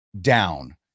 down